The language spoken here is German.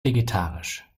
vegetarisch